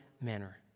manner